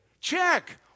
check